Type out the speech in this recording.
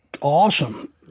awesome